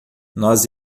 nós